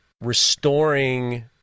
restoring